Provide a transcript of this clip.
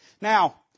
Now